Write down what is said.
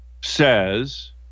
says